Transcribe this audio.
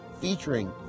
featuring